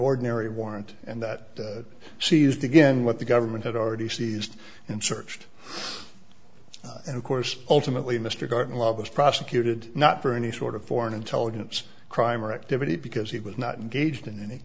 ordinary warrant and that seized again what the government had already seized and searched and of course ultimately mr garton love was prosecuted not for any sort of foreign intelligence crime or activity because he was not engaged in any